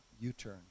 U-Turn